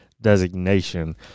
designation